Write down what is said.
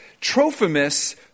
Trophimus